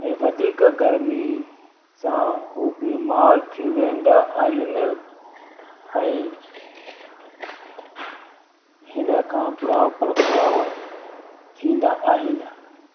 ऐं वधीक गर्मी सां हू बीमारु थी वेंदा आहिनि ऐं हिन खां बुरा प्रभाव थींदा आहिनि